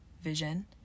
vision